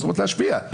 להשפיע,